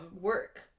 work